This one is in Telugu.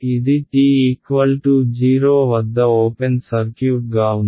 ఇది t 0 వద్ద ఓపెన్ సర్క్యూట్ గా ఉంది